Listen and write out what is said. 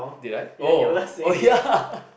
did I oh oh ya